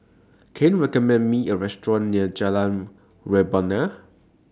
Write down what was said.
Can YOU recommend Me A Restaurant near Jalan Rebana